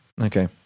Okay